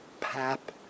pap